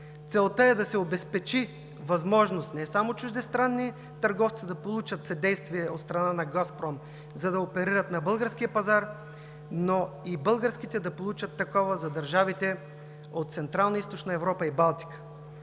Целта е да се обезпечи възможност не само чуждестранни търговци да получат съдействие от страна на „Газпром“, за да оперират на българския пазар, но и българските да получат такова за държавите от Централна и Източна Европа, и Балтика.